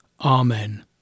Amen